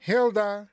Hilda